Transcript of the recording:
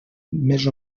més